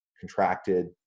contracted